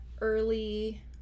early